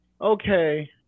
okay